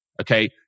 Okay